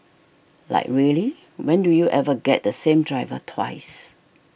like really when do you ever get the same driver twice